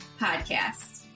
podcast